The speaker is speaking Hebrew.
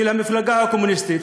של המפלגה הקומוניסטית,